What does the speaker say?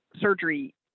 surgery